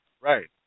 Right